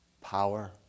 power